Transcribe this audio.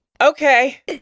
okay